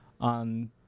on